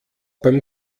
beim